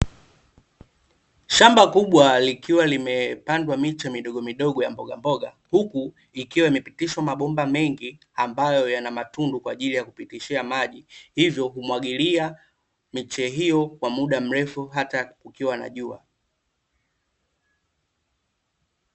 Shamba kubwa likiwa limepandwa miche midogo ya mboga mboga, huku ikiwa imepitishwa mabomba mengi ambayo yana matundu kwaajili ya kupitisha maji hivyo kumwagilia miche hiyo kwa muda mrefu hata kukiwa na jua.